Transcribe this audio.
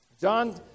John